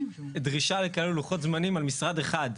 דרישה לכאלו לוחות זמנים על משרד אחד.